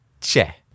Che